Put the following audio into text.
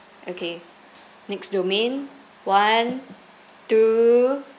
okay next domain one two